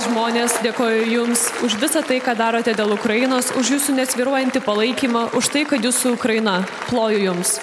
žmonės dėkoju jums už visa tai ką darote dėl ukrainos už jūsų nesvyruojantį palaikymą už tai kad jūs su ukraina ploju jums